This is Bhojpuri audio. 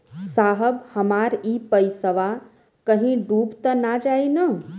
साहब हमार इ पइसवा कहि डूब त ना जाई न?